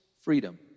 freedom